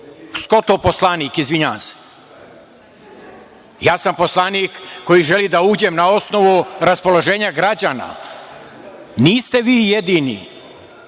Skotov poslanik, izvinjavam se? Ja sam poslanik koji želim da uđem na osnovu raspoloženja građana. Niste vi jedini. Kada